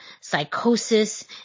Psychosis